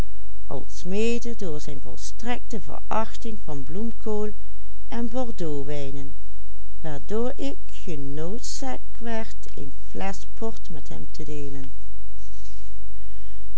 een flesch port met hem te deelen